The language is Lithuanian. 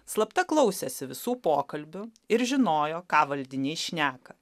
slapta klausėsi visų pokalbių ir žinojo ką valdiniai šneka